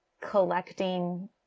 collecting